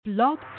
blog